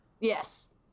Yes